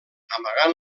amagant